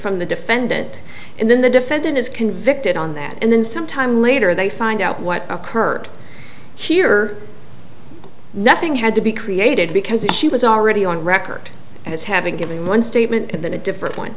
from the defendant and then the defendant is convicted on that and then sometime later they find out what occurred here nothing had to be created because she was already on record as having given one statement and then a different one